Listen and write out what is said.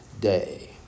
Day